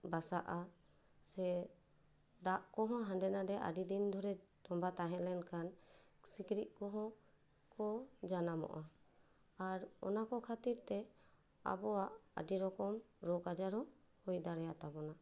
ᱵᱟᱥᱟᱜᱼᱟ ᱥᱮ ᱫᱟᱜ ᱠᱚᱦᱚᱸ ᱦᱟᱰᱮ ᱱᱟᱰᱮ ᱟᱹᱰᱤ ᱫᱤᱱ ᱫᱷᱚᱨᱮ ᱛᱚᱵᱷᱟ ᱛᱟᱦᱮᱸ ᱞᱮᱱ ᱠᱷᱟᱱ ᱥᱤᱠᱲᱤᱡ ᱠᱚᱦᱚᱸ ᱠᱚ ᱡᱟᱢᱚᱜᱼᱟ ᱟᱨ ᱚᱱᱟ ᱠᱚ ᱠᱷᱟᱹᱛᱤᱨ ᱛᱮ ᱟᱵᱚᱣᱟᱜ ᱟᱹᱰᱤ ᱨᱚᱠᱚᱢ ᱨᱳᱜ ᱟᱡᱟᱨ ᱦᱚᱸ ᱦᱩᱭ ᱫᱟᱲᱮ ᱟᱛᱟ ᱵᱚᱱᱟ